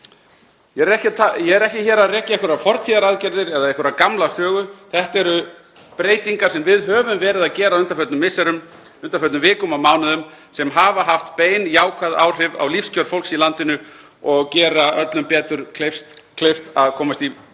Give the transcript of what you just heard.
Ég er ekki að rekja hér einhverjar fortíðaraðgerðir eða einhverja gamla sögu. Þetta eru breytingar sem við höfum verið að gera á undanförnum misserum, undanförnum vikum og mánuðum sem hafa haft bein jákvæð áhrif á lífskjör fólks í landinu og gera öllum betur kleift að komast í gegnum